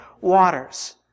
waters